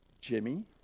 Jimmy